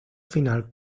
final